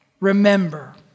Remember